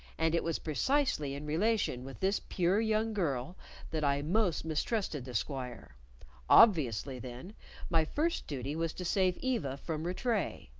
and it was precisely in relation with this pure young girl that i most mistrusted the squire obviously then my first duty was to save eva from rattray,